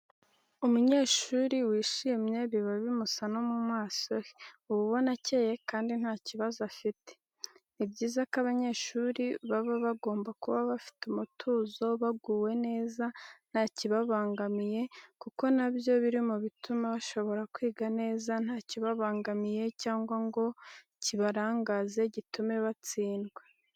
Umunyeshuri wishimye biba bimusa no mu maso he uba ubona akeye kandi nta kibazo afite. Ni byiza ko abanyeshuri baba bagomba kuba bafite umutuzo baguwe neza ntakibabangamiye, kuko nabyo biri mu bituma bashobora kwiga neza ntakibabangamiye cyangwa ngo kibarangaze gitume batsindwa.